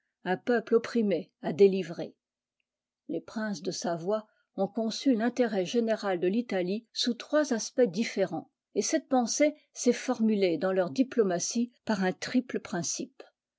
un peuple opprimé à délivrer les princes de savoie ont conçu l'intérêt général de l'italie sous trois aspects différents et cette pensée s'est formulée dans leur diplomatie par un triple principe